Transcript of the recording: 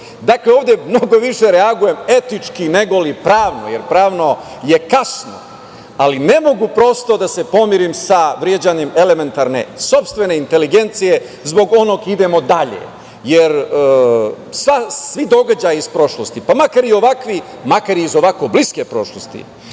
Dakle, ovde mnogo više reagujem etički, nego li pravno, jer pravno je kasno, ali ne mogu prosto da se pomirim sa vređanjem elementarne sopstvene inteligencije zbog onog idemo dalje, jer svi događaji iz prošlosti, makar iz ovako bliske prošlosti,